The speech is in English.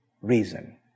reason